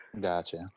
Gotcha